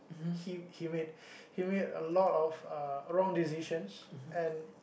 he he made he made a lot of uh wrong decisions and